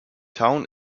town